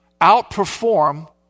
outperform